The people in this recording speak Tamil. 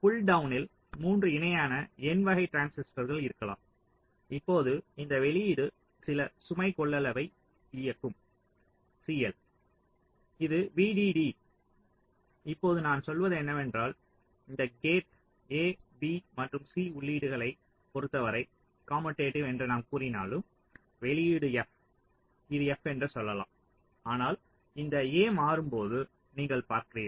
புல்டவுனில் 3 இணையான n வகை டிரான்சிஸ்டர்கள் இருக்கலாம் இப்போது இந்த வெளியீடு சில சுமை கொள்ளளவை இயக்கும் CL இது VDD இப்போது நான் சொல்வது என்னவென்றால் இந்த கேட் A B மற்றும் C உள்ளீடுகளைப் பொறுத்தவரை கமுடேடிவ் என்று நாம் கூறினாலும் வெளியீடு f இது f என்று சொல்லலாம் ஆனால் இந்த A மாறும்போது நீங்கள் பார்க்கிறீர்கள்